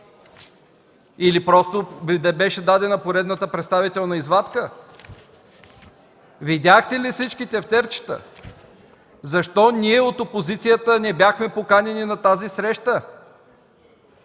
Или просто Ви беше дадена поредната представителна извадка! Видяхте ли всички тефтерчета? Защо ние от опозицията не бяхме поканени на тази среща?